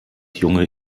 junge